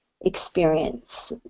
experience